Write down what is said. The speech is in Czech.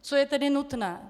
Co je tedy nutné?